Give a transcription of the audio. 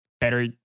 better